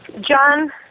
John